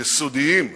יסודיים,